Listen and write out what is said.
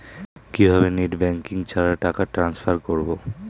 কিভাবে net banking ছাড়া টাকা ট্রান্সফার করবো?